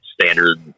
standard